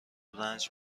رنج